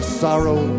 sorrow